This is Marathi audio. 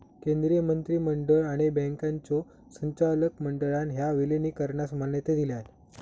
केंद्रीय मंत्रिमंडळ आणि बँकांच्यो संचालक मंडळान ह्या विलीनीकरणास मान्यता दिलान